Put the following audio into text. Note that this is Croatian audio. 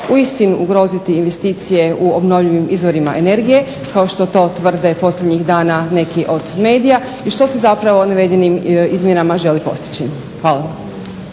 uistinu ugroziti investicije u obnovljivim izvorima energije kao što to tvrde posljednjih dana neki od medija i što se zapravo navedenim izmjenama želi postići. Hvala.